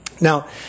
Now